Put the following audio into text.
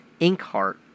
Inkheart